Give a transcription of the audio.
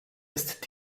ist